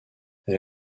elle